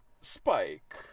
Spike